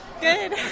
Good